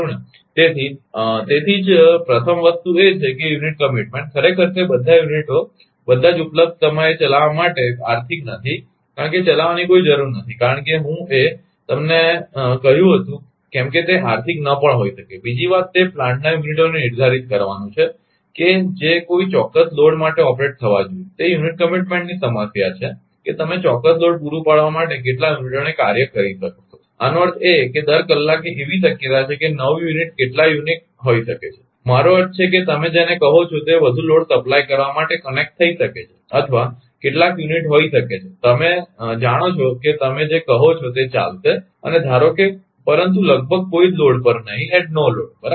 હવે તેથી તે પ્રથમ વસ્તુ એ છે કે તે યુનિટ કમીટમેન્ટ ખરેખર તે બધા યુનિટો બધા જ ઉપલબ્ધ સમયે ચલાવવા માટે આર્થિક નથી કારણ કે ચલાવવાની કોઈ જરૂર નથી કારણ કે હું એ તમને કહ્યું તેમ તે આર્થિક ન પણ હોઈ શકે બીજી વાત તે પ્લાન્ટના યુનિટોને નિર્ધારિત કરવાનું છે કે જે કોઈ ચોક્કસ લોડ માટે ઓપરેટ થવા જોઈએ તે યુનિટ કમીટમેન્ટની સમસ્યા છે કે તમે ચોક્કસ લોડ પૂરો પાડવા માટે કેટલા યુનિટોને કાર્ય કરી શકશો આનો અર્થ એ છે કે દર કલાકે એવી શક્યતા છે કે નવું યુનિટ કેટલાક યુનિટ હોઈ શકે છે મારો અર્થ છે કે તમે જેને કહો છો તે વધુ લોડ સપ્લાય કરવા માટે કનેક્ટ થઈ શકે છે અથવા કેટલાક યુનિટ હોઈ શકે છે તમે જાણો છો કે તે તમે જે કહો છો તે ચાલશે અને ધારો કે પરંતુ લગભગ કોઇ જ લોડ પર નહીં બરાબર